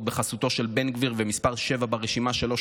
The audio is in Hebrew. בחסותו של בן גביר ומספר 7 ברשימה שלו,